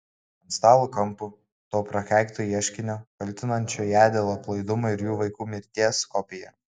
ant stalo kampo to prakeikto ieškinio kaltinančio ją dėl aplaidumo ir jų vaiko mirties kopija